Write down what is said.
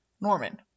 Norman